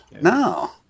No